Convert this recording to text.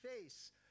face